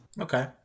Okay